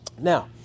Now